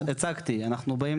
תקריא, ואם יהיה לנו הערות, נגיד.